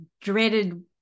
dreaded